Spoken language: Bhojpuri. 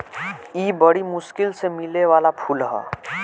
इ बरी मुश्किल से मिले वाला फूल ह